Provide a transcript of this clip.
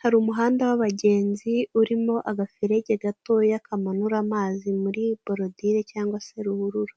hari umuhanda w'abagenzi urimo agaferege gatoya kamanura amazi muri borodire cyangwa se ruhurura.